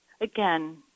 again